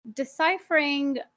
deciphering